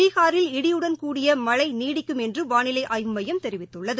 பீகாரில் இடியுடன் கூடிய மழை நீடிக்கும் என்று வானிலை ஆய்வு மையம் தெரிவித்துள்ளது